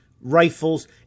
rifles